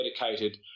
dedicated